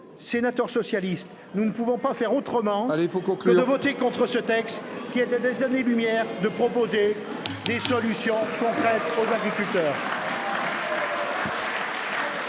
sénateurs socialistes, nous ne pouvons pas faire autrement que de voter contre ce texte qui est à des années lumière de proposer des solutions concrètes aux agriculteurs